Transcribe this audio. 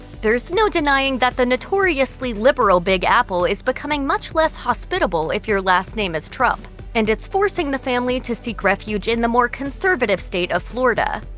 there's no denying that the notoriously liberal big apple is becoming much less hospitable if your last name is trump, and it's forcing the family to seek refuge in the more conservative state of florida.